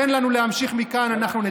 תן לנו להמשיך מכאן, אנחנו נתקן.